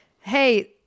Hey